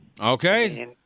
Okay